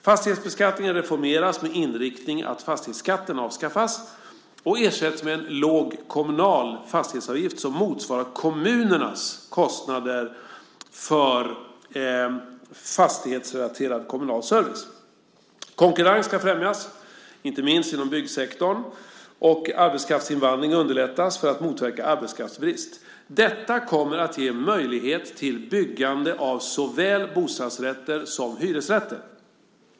Fastighetsbeskattningen reformeras med inriktning att fastighetsskatten avskaffas och ersätts med en låg kommunal fastighetsavgift som motsvarar kommunernas kostnader för fastighetsrelaterad kommunal service. Konkurrens ska främjas, inte minst inom byggsektorn, och arbetskraftsinvandring underlättas för att motverka arbetskraftsbrist. Detta kommer att ge möjlighet till byggande av såväl bostadsrätter som hyresrätter.